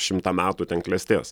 šimtą metų ten klestės